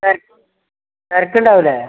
തിരക്ക് തിരക്ക് ഉണ്ടാവില്ലേ